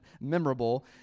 memorable